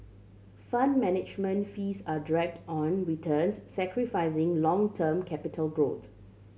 Fund Management fees are draged on returns sacrificing long term capital growth